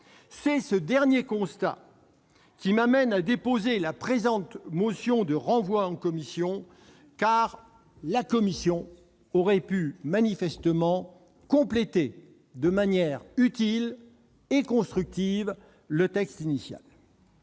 Ce constat m'amène à déposer la présente motion de renvoi à la commission. En effet, la commission aurait pu manifestement compléter de manière utile et constructive le texte initial.